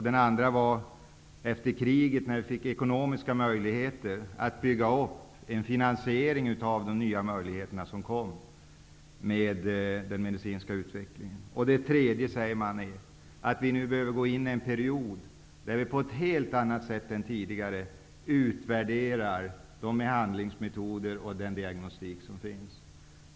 Den andra kom efter kriget, då vi fick ekonomiska möjligheter att bygga upp finansieringen av de nya möjligheterna som följde med den medicinska utvecklingen. Den tredje revolutionen sägs vara att vi nu behöver gå in i en period där vi på ett helt annat sätt än tidigare utvärderar de behandlingsmetoder och den diagnostik som finns.